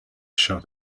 shut